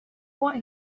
want